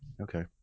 Okay